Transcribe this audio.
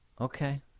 Okay